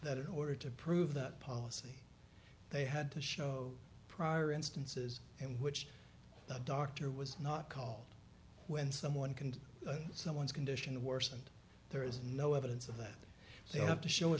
that in order to prove that policy they had to show prior instances in which the doctor was not call when someone can someone's condition worsened there is no evidence of that so you have to show a